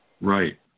Right